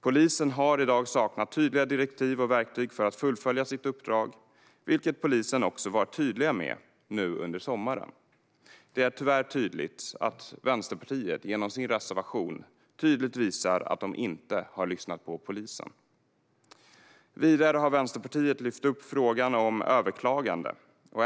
Polisen har i dag saknat tydliga direktiv och verktyg för att fullfölja sitt uppdrag, vilket polisen också varit tydlig med under sommaren. Det är tyvärr så att Vänsterpartiet genom sin reservation tydligt visar att de inte har lyssnat på polisen. Vidare har Vänsterpartiet lyft upp frågan om överklagande.